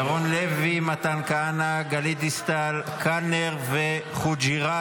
ירון לוי, מתן כהנא, גלית דיסטל, קלנר וחוג'יראת.